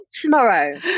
tomorrow